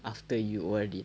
after you O_R_D